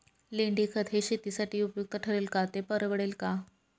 लेंडीखत हे शेतीसाठी उपयुक्त ठरेल का, ते परवडेल का?